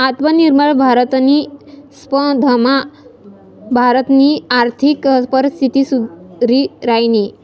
आत्मनिर्भर भारतनी स्पर्धामा भारतनी आर्थिक परिस्थिती सुधरि रायनी